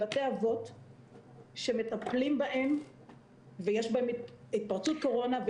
בבתי אבות שמטפלים בהם ויש בהם התפרצות קורונה,